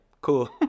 cool